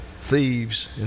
thieves